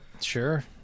Sure